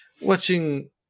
watching